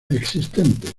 existentes